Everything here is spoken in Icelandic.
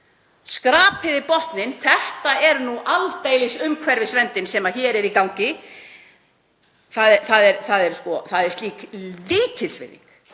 skrapið botninn — þetta er nú aldeilis umhverfisverndin sem hér er í gangi. Það er slík lítilsvirðing